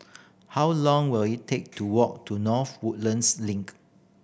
how long will it take to walk to North Woodlands Link